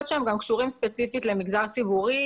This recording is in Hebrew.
שהם גם קשורים ספציפית למגזר ציבורי,